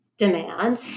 Demand